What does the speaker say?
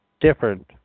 different